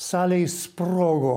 salėj sprogo